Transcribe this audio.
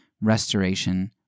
restoration